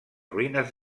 ruïnes